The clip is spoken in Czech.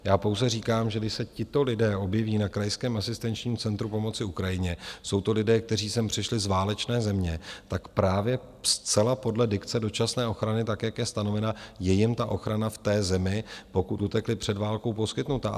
Já pouze říkám, že když se tito lidé objeví na krajském asistenčním centru pomoci Ukrajině, jsou to lidé, kteří sem přišli z válečné země, tak právě zcela podle dikce dočasné ochrany, jak je stanovena, je jim ochrana v té zemi, pokud utekli před válkou, poskytnuta.